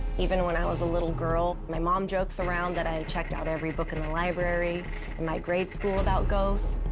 even when i was a little girl, my mom jokes around that i checked out every book in the library in my grade school about ghosts.